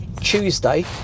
Tuesday